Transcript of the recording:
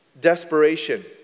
desperation